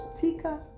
Tika